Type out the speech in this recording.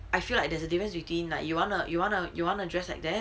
I feel like there's a difference between like you wanna you wanna you wanna dressed like that